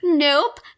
nope